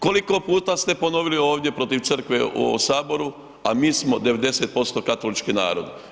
Koliko puta ste ponovili ovdje protiv Crkve u Saboru, a mi smo 90% katolički narod.